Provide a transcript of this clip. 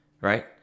right